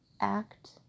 act